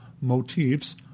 motifs